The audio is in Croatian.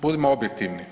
Budimo objektivni.